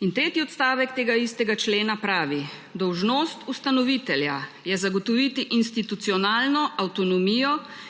In tretji odstavek tega istega člena pravi dolžnost ustanovitelja je zagotoviti institucionalno avtonomijo in